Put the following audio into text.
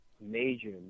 Major